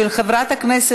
לא אושרה.